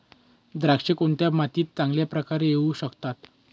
द्राक्षे कोणत्या मातीत चांगल्या प्रकारे येऊ शकतात?